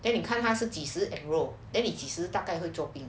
then 你看他是几时 enrol then 你几时大概会做完